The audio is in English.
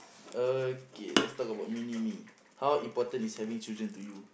okay let's talk about mini me how important is having children to you